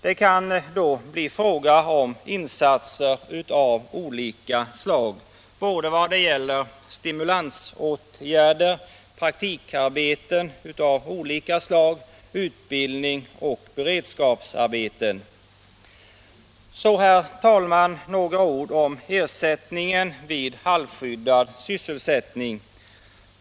Det kan då bli fråga om insatser av olika slag: stimulansåtgärder, praktikarbeten av olika slag, utbildning och beredskapsarbeten. Så, herr talman, några ord om ersättningen vid halvskyddad sysselsättning.